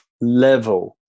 level